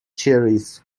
cherries